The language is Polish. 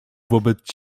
wobec